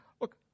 Look